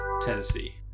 Tennessee